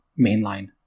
mainline